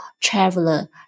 traveler